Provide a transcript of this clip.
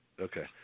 Okay